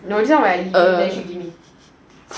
you know this one when I mentioned then she gave me